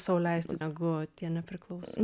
sau leisti negu tie nepriklausomi